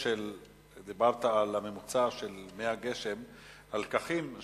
דיברת על הממוצע של ימי הגשם הלקח של